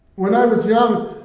when i was young,